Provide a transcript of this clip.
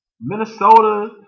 Minnesota